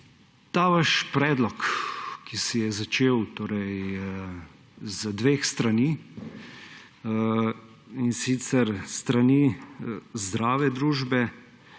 Ta vaš predlog, ki se je začel z dveh strani, in sicer s strani Zdrave družbe